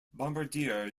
bombardier